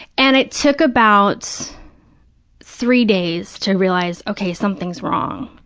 and it took about three days to realize, okay, something's wrong.